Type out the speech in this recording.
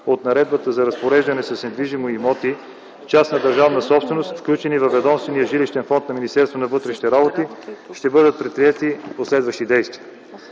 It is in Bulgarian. от Наредбата за разпореждане с недвижими имоти – частна държавна собственост, включени във ведомствения жилищен фонд на Министерството на вътрешните работи, ще бъдат предприети последващи действия.